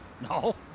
No